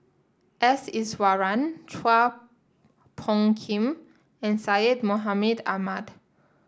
S Iswaran Chua Phung Kim and Syed Mohamed Ahmed